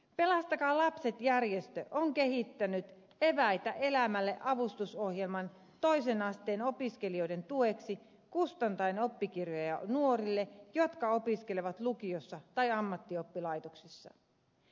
pelastakaa lapset järjestö on kehittänyt eväitä elämälle avustusohjelman toisen asteen opiskelijoiden tueksi kustantaen oppikirjoja nuorille jotka opiskelevat lukiossa tai ammattioppilaitoksessa